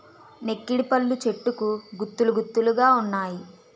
నెక్కిడిపళ్ళు చెట్టుకు గుత్తులు గుత్తులు గావున్నాయి